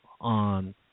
on